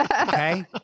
Okay